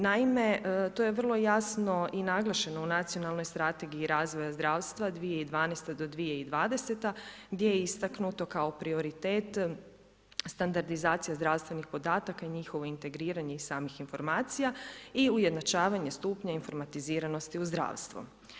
Naime, to je vrlo jasno i naglašeno u Nacionalnoj strategiji razvoja zdravstva 2012. do 2020. gdje je istaknuto kao prioritet standardizacija zdravstvenih podataka i njihovo integriranje i samih informacija i ujednačavanje stupnja informatiziranosti u zdravstvu.